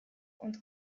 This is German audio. und